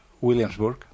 Williamsburg